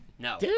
No